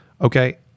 Okay